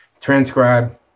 Transcribe